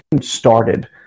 started